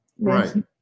Right